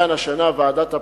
והשנה ועדת הפנים,